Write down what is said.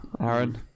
Aaron